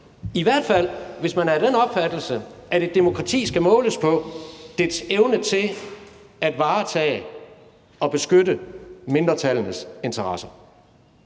i hvert fald hvis man er af den opfattelse, at et demokrati skal måles på dets evne til at varetage og beskytte mindretallenes interesser.